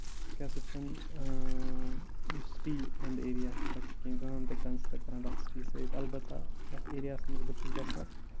سُہ کیاہ سا چھُ نہٕ یُس سِٹی ہُند ایریا چھُ تَتہِ چھُ کیٚنٛہہ گام تہِ کَنسڈر کران تَتھ سٹی سۭتۍ اَلبتہ یَتھ ایریا ہَس منٛز بہٕ چھُس بَسان